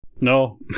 No